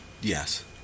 Yes